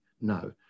No